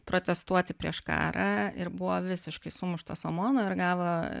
protestuoti prieš karą ir buvo visiškai sumuštas amono ir gavo